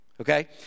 okay